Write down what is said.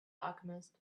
alchemist